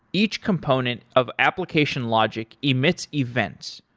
each component of application logic emits events,